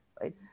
right